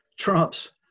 Trump's